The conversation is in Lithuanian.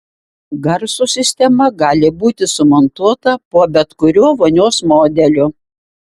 garso sistema gali būti sumontuota po bet kuriuo vonios modeliu